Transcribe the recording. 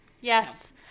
yes